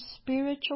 spiritual